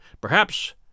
Perhaps